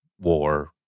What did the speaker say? war